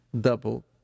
double